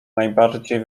najbardziej